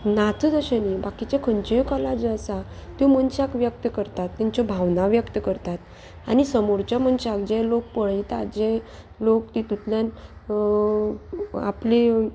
नाचत अशें न्ही बाकीचे खंयच्यो कला ज्यो आसा त्यो मनशाक व्यक्त करतात तेंच्यो भावना व्यक्त करतात आनी समोरच्या मनशाक जे लोक पळयतात जे लोक तितूंतल्यान आपली